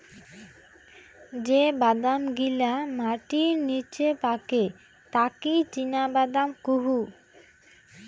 যে বাদাম গিলা মাটির নিচে পাকে তাকি চীনাবাদাম কুহু